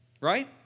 Right